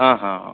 ಹಾಂ ಹಾಂ ಹಾಂ